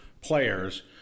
Players